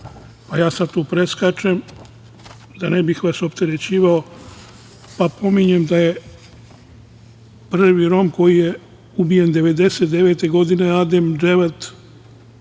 a ja sad tu preskačem, da vas ne bih opterećivao. Napominjem da je prvi Rom koji je ubijen 1999. godine Adem Delet,